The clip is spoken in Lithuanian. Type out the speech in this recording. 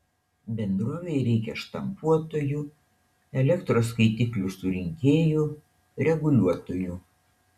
bendrovei reikia štampuotojų elektros skaitiklių surinkėjų reguliuotojų